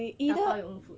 打包 your own food